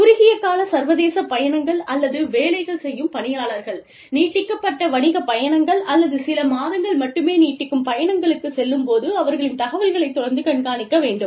குறுகிய கால சர்வதேச பயணங்கள் அல்லது வேலைகள் செய்யும் பணியாளர்கள் நீட்டிக்கப்பட்ட வணிகப் பயணங்கள் அல்லது சில மாதங்கள் மட்டுமே நீடிக்கும் பயணங்களுக்குச் செல்லும் போது அவர்களின் தகவல்களைத் தொடர்ந்து கண்காணிக்க வேண்டும்